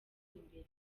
imbere